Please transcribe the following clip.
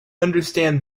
understand